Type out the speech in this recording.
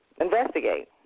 investigate